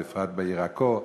ובפרט בעיר עכו,